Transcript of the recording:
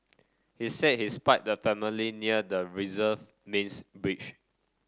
he said he spied the family near the reserve mains bridge